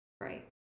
Right